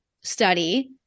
study